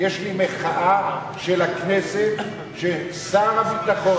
יש לי מחאה של הכנסת ששר הביטחון,